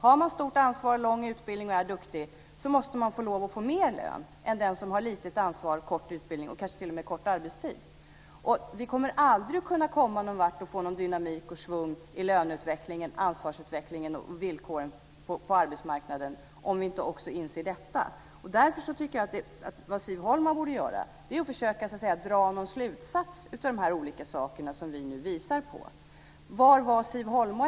Har man stort ansvar, lång utbildning och är duktig måste man få mer lön än den som har lite ansvar, kort utbildning och kanske t.o.m. kort arbetstid. Vi kommer aldrig att komma någon vart och få någon dynamik och schvung i löneutvecklingen, ansvarsutvecklingen och villkoren på arbetsmarknaden om vi inte inser detta. Därför tycker jag att Siv Holma borde försöka dra någon slutsats av de olika saker som vi nu visar på.